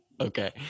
Okay